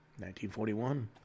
1941